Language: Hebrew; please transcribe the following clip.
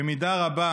במידה רבה